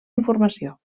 informació